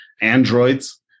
androids